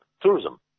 tourism